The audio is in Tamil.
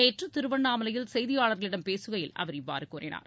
நேற்று திருவண்ணாமலையில் செய்தியாளர்களிடம் பேசுகையில் அவர் இவ்வாறு கூறினார்